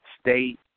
state